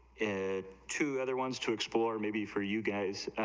and two other wants to explore maybe for you guys,